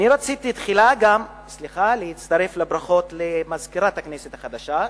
תחילה רציתי להצטרף לברכות למזכירת הכנסת החדשה,